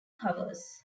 covers